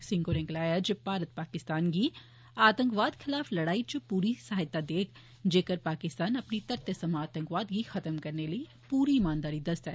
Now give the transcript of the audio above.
सिंह होरें गलाया जे भारत पाकिस्तान गी आतंकवाद खलाफ लड़ाई च पूरी सहायता देग जेकर पाकिस्तान अपनी धरतै सवां आतंकवाद गी खत्म करने लेई पूरी इमानदारी दसदा ऐ